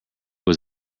was